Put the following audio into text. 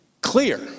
clear